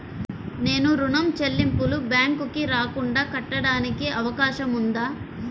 నేను ఋణం చెల్లింపులు బ్యాంకుకి రాకుండా కట్టడానికి అవకాశం ఉందా?